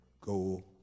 go